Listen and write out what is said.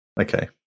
Okay